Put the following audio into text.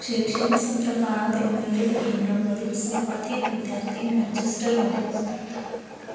शैक्षणिक सत्रकाळात युनायटेड किंगडममधील सर्वाधिक विद्यार्थी मँचेस्टरमध्ये असतात